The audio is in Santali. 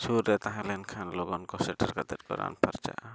ᱥᱩᱨ ᱨᱮ ᱛᱟᱦᱮᱸ ᱞᱮᱱᱠᱷᱟᱱ ᱞᱚᱜᱚᱱ ᱠᱚ ᱥᱮᱴᱮᱨ ᱠᱟᱛᱮᱫ ᱠᱚ ᱨᱟᱱ ᱯᱷᱟᱨᱪᱟᱜᱼᱟ